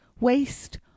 waste